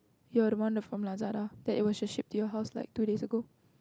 ya the one that from Lazada that it was shipped to your house like two days ago